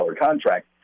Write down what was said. contract